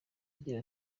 agira